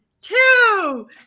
two